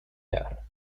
jaren